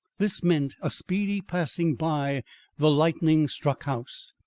this meant a speedy passing by the lightning-struck house.